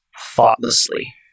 thoughtlessly